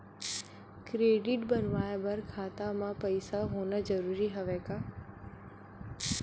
Credit बनवाय बर खाता म पईसा होना जरूरी हवय का?